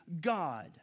God